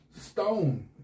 stone